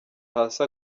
hasi